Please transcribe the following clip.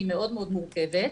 זה מאוד מאוד מורכב.